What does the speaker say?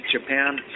Japan